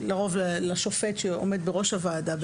לרוב זה לשופט שעומד בראש הוועדה,